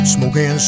Smoking